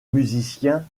musiciens